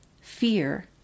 fear